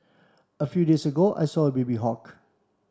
a few days ago I saw a baby hawk